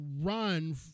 run